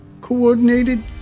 coordinated